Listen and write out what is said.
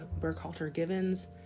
Burkhalter-Givens